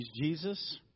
Jesus